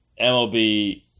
MLB